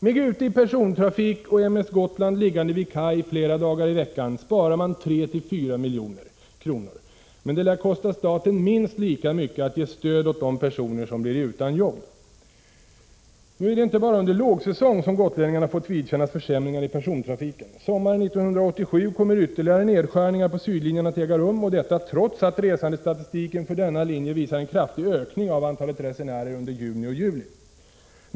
Med Gute i persontrafik och M/S Gotland liggande vid kaj flera dagar i veckan sparar man 3—4 milj.kr., men det lär kosta staten minst lika mycket att ge stöd åt de personer som blir utan jobb. Nu är det inte bara under lågsäsong som gotlänningarna fått vidkännas försämringar i persontrafiken. Sommaren 1987 kommer ytterligare nedskärningar på sydlinjen att äga rum, trots att resandestatistiken för denna linje visar en kraftig ökning av antalet resenärer under juni och juli.